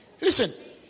listen